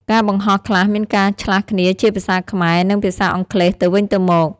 ការបង្ហោះខ្លះមានការឆ្លាស់គ្នាជាភាសាខ្មែរ និងភាសាអង់គ្លេសទៅវិញទៅមក។